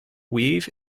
weave